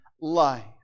life